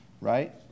Right